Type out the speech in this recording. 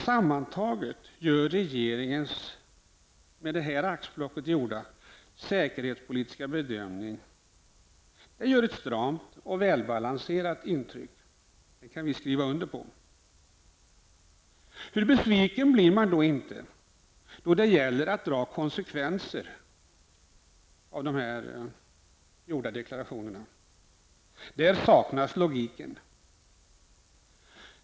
Sammantaget gör regeringens säkerhetspolitiska bedömning som jag tagit några axplock ur ett stramt och välbalanserat intryck. Det kan vi skriva under på. Hur besviken blir man då inte när det gäller att dra konsekvenser av de gjorda deklarationerna. Då saknas logiken.